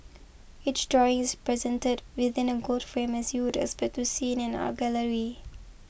each drawing is presented within a gold frame as you'd expect to see in an art gallery